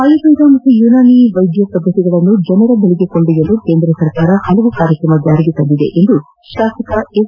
ಆಯುರ್ವೇದ ಮತ್ತು ಯುನಾನಿ ವೈದ್ಯ ಪದ್ಧತಿಗಳನ್ನು ಜನರ ಬಳಿಗೆ ಕೊಂಡೊಯ್ನಲು ಕೇಂದ್ರ ಸರ್ಕಾರ ಪಲವು ಕಾರ್ಯತ್ರಮ ಜಾರಿಗೆ ತಂದಿದೆ ಎಂದು ಶಾಸಕ ಎಸ್